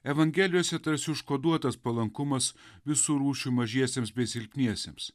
evangelijose tarsi užkoduotas palankumas visų rūšių mažiesiems bei silpniesiems